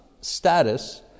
status